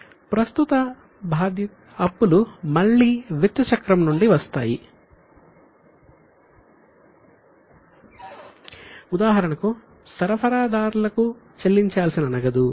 ప్రస్తుత బాధ్యతలు మళ్ళీ విత్త చక్రం నుండి వస్తాయి ఉదాహరణకు సరఫరాదారులకు చెల్లించాల్సిన నగదు